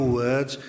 words